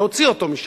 להוציא אותם משם.